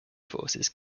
forces